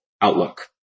outlook